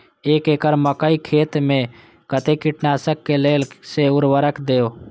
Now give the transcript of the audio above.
एक एकड़ मकई खेत में कते कीटनाशक के लेल कोन से उर्वरक देव?